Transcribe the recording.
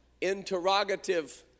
interrogative